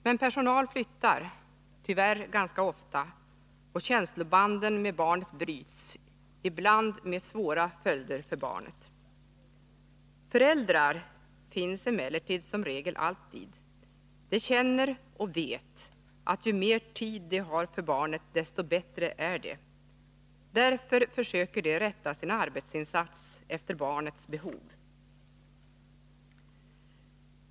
Men personal flyttar, tyvärr ganska ofta, och känslobanden med barnet bryts, ibland med svåra följder för barnet. Föräldrar finns emellertid som regel alltid. De känner och vet att ju mer tid de har för barnet desto bättre är det. Därför försöker de rätta sin arbetsinsats efter barnets behov.